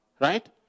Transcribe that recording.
Right